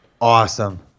awesome